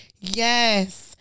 Yes